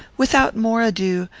without more ado,